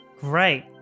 Great